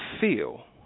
feel